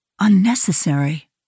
unnecessary